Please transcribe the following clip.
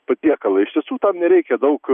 patiekalą iš tiesų tam nereikia daug